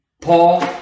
Paul